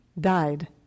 died